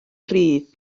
gryf